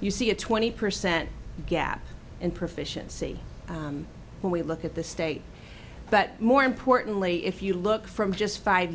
you see a twenty percent gap in proficiency when we look at the state but more importantly if you look from just five